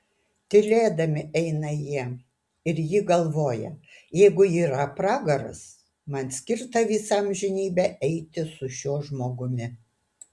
tylėdami eina jie ir ji galvoja jeigu yra pragaras man skirta visą amžinybę eiti su šiuo žmogumi